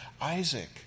Isaac